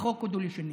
החוק הוא דו-לשוני.